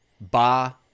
ba